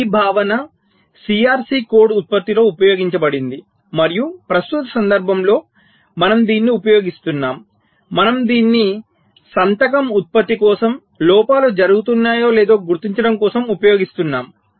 ఈ భావన CRC code ఉత్పత్తిలో ఉపయోగించబడింది మరియు ప్రస్తుత సందర్భంలో మనము దీనిని ఉపయోగిస్తున్నాము మనము దీనిని సంతకం ఉత్పత్తి కోసంలోపాలు జరుగుతున్నాయో లేదో గుర్తించడం కోసం ఉపయోగిస్తున్నాము